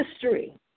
history